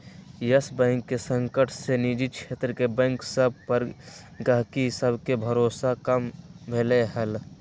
इयस bank के संकट से निजी क्षेत्र के बैंक सभ पर गहकी सभके भरोसा कम भेलइ ह